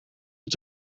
het